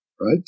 right